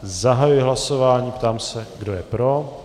Zahajuji hlasování a ptám se, kdo je pro.